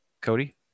Cody